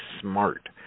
smart